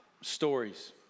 stories